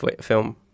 film